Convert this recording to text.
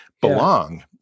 belong